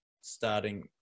starting